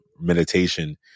meditation